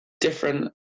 different